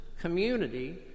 community